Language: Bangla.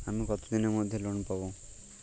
আমি কতদিনের মধ্যে লোন পাব?